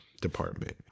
department